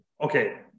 okay